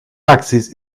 axis